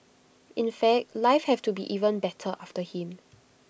in fact life have to be even better after him